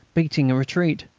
beating a retreat.